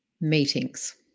Meetings